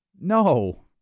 no